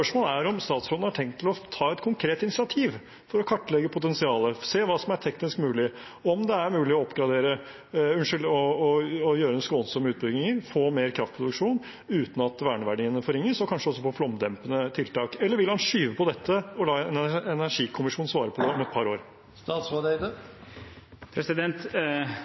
er om statsråden har tenkt å ta et konkret initiativ for å kartlegge potensialet, se hva som er teknisk mulig, om det er mulig å gjøre en skånsom utbygging, få mer kraftproduksjon uten at verneverdiene forringes, og kanskje også få flomdempende tiltak, eller vil han skyve på dette og la en energikommisjon svare på det om et par år?